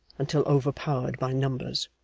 until overpowered by numbers.